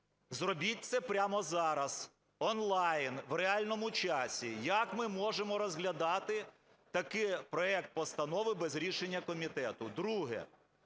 Зробіть це прямо зараз, онлайн, в реальному часі. Як ми можемо розглядати такий проект постанови без рішення комітету? Друге.